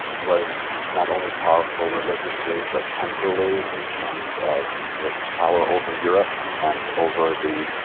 was not only powerful religiously, but temporally in terms of its power over europe and over the,